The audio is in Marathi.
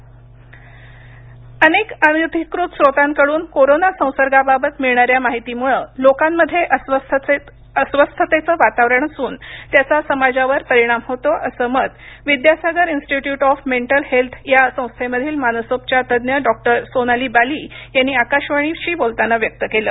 सोशल मिडिया माहिती तज्ञ मत अनेक अनधिकृत स्रोतांकडून कोरोना संसर्गाबाबत मिळणाऱ्या माहितीमूळं लोकांमध्ये अस्वस्थतेचं वातावरण असून त्याचा समाजावर परिणाम होतो असं मत Vidyasagar institute of mental health या संस्थेमधील मानसोपचार तज्ञ डॉक्टर सोनाली बाली यांनी आकाशवाणीशी बोलताना व्यक्त केलं